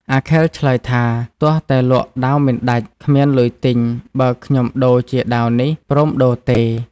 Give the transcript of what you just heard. អាខិលឆ្លើយថា “ទាស់តែលក់ ដាវមិនដាច់ គ្មានលុយទិញ បើខ្ញុំដូរជាដាវនេះ ព្រមដូរទេ?។